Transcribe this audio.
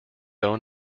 own